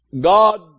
God